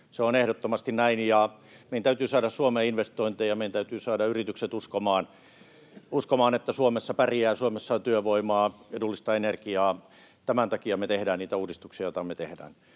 Se on ehdottomasti näin. Meidän täytyy saada Suomeen investointeja, meidän täytyy saada yritykset uskomaan, että Suomessa pärjää ja Suomessa on työvoimaa ja edullista energiaa. Tämän takia me tehdään niitä uudistuksia, joita me tehdään.